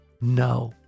no